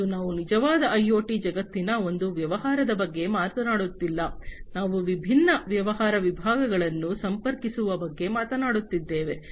ಮತ್ತು ನಾವು ನಿಜವಾದ ಐಒಟಿ ಜಗತ್ತಿನಲ್ಲಿ ಒಂದು ವ್ಯವಹಾರದ ಬಗ್ಗೆ ಮಾತನಾಡುತ್ತಿಲ್ಲ ನಾವು ವಿಭಿನ್ನ ವ್ಯವಹಾರ ವಿಭಾಗಗಳನ್ನು ಸಂಪರ್ಕಿಸುವ ಬಗ್ಗೆ ಮಾತನಾಡುತ್ತಿದ್ದೇವೆ